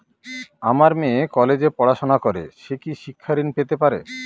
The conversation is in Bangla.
আমার মেয়ে কলেজে পড়াশোনা করে সে কি শিক্ষা ঋণ পেতে পারে?